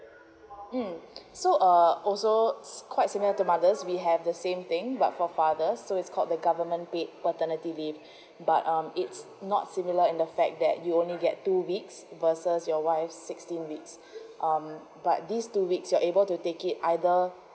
um so uh also quite similar to mothers we have the same thing but for father so it's called the government paid paternity leave but um it's not similar in the fact that you only get two weeks versus your wife's sixteen weeks um but this two weeks you're able to take it either